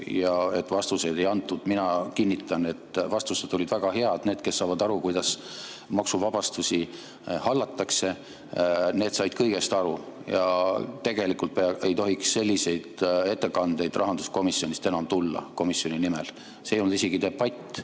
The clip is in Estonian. ja et vastuseid ei antud. Mina kinnitan, et vastused olid väga head. Need, kes saavad aru, kuidas maksuvabastusi hallatakse, said kõigest aru. Tegelikult ei tohiks selliseid ettekandeid rahanduskomisjonist enam komisjoni nimel tulla. See ei olnud isegi debatt,